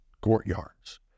courtyards